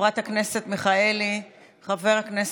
התשפ"א 2021, נתקבל.